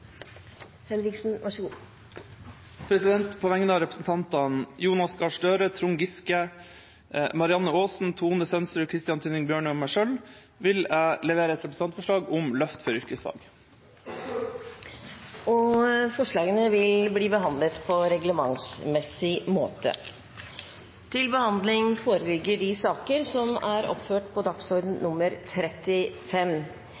På vegne av representantene Jonas Gahr Støre, Trond Giske. Marianne Aasen, Tone Merete Sønsterud, Christian Tynning Bjørnø og meg selv vil jeg levere et representantforslag om løft for yrkesfag. Forslagene vil bli behandlet på reglementsmessig måte.